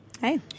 hey